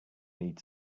need